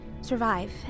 survive